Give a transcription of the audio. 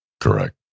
Correct